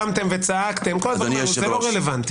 קמתם וצעקתם, כל הדברים האלו, זה לא רלוונטי.